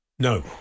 No